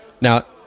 Now